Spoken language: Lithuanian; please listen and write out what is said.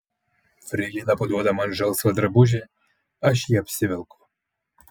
freilina paduoda man žalsvą drabužį aš jį apsivelku